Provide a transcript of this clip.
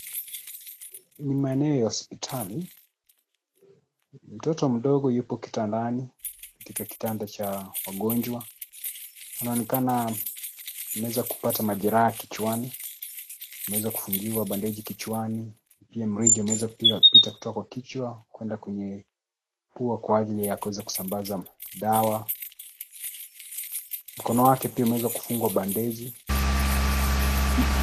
Ni maeneo ya hospitali, mtoto mdogo yupo kitandani katika kitanda cha wagonjwa. Anaonekana ameweza kupata majeraha kichwani, ameweza kufungiwa bandage kichwani , pia mrija umeweza kupita kutoka kwa kichwa kuenda kwenye pua kwa ajili ya kuwezaa kusambaza dawa. Mkono wake pia umeweza kufungwa bandage .